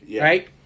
right